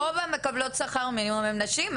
רוב מקבלות השכר המינימום הן נשים.